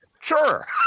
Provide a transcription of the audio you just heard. sure